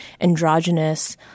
androgynous